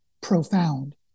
profound